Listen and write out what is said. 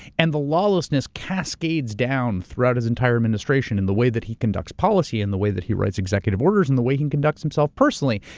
and the lawlessness cascades down throughout his entire administration and the way that he conducts policy and the way that he writes executive orders and the way he conducts himself personally.